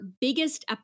biggest